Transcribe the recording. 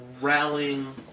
rallying